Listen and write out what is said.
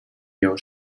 lleó